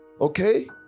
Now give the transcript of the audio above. okay